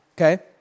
Okay